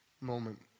moment